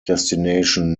destination